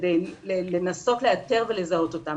לנסות לאתר ולזהות אותם.